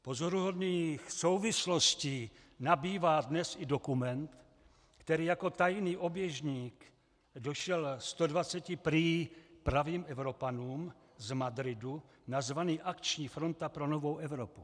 Pozoruhodných souvislostí nabývá i dnes dokument, který jako tajný oběžník došel prý 120 pravým Evropanům z Madridu, nazvaný Akční fronta pro novou Evropu.